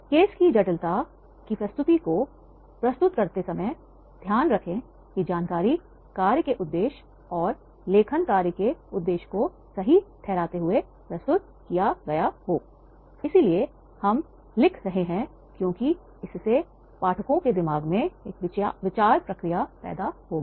case की जटिलता की प्रकृति को प्रस्तुत करते हुए ध्यान रखें कि जानकारी कार्य के उद्देश्य और लेखन कार्य के उद्देश्य को सही ठहराते हुए प्रस्तुत किया जाना चाहिए इसलिए हम लिख रहे हैं क्योंकि इससे पाठकों के दिमाग में एक विचार प्रक्रिया पैदा होगी